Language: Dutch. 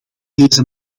deze